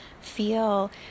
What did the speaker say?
feel